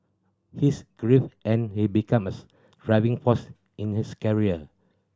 his grief and he become his driving force in his career